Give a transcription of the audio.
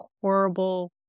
horrible